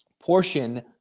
portion